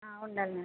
ఉండాలి మ్యాడం